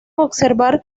observar